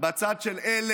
בצד של אוהבי המדינה,